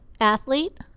athlete